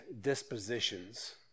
dispositions